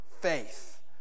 faith